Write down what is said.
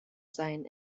seien